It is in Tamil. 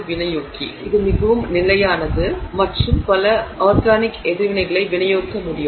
எனவே இது மிகவும் நிலையானது மற்றும் இது பல ஆர்கானிக் எதிர்வினைகளை வினையூக்க முடியும்